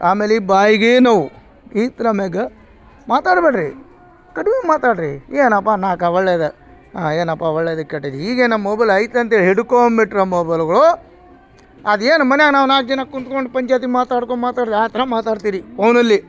ಆಮೇಲೆ ಈ ಬಾಯಿಗೆ ನೋವು ಈತರ ಆಮ್ಯಗ ಮಾತಾಡ ಬೇಡ್ರಿ ಕಡಿಮೆ ಮಾತಾಡ್ರಿ ಏನಪ್ಪ ನಾಲ್ಕು ಒಳ್ಳೇದು ಏನಪ್ಪ ಒಳ್ಳೇದು ಕೆಟ್ಟದ್ದು ಈಗೇನ ಮೊಬೈಲ್ ಐತಿ ಅಂತೇಳಿ ಹಿಡ್ಕೋಂಬಿಟ್ರೆ ಮೊಬೈಲ್ಗೊಳು ಅದೇನು ಮನ್ಯಾಗೆ ನಾವು ನಾಲ್ಕು ಜನ ಕುಂತ್ಕೊಂಡು ಪಂಚಾಯ್ತಿ ಮಾತಾಡ್ಕೊಂಡ್ ಮಾತಾಡ್ರಿ ಯಾ ಥರ ಮಾತಾಡ್ತಿರಿ ಪೋನಲ್ಲಿ